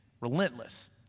relentless